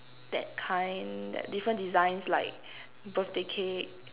that kind that different designs like birthday cake